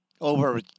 Over